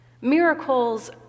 Miracles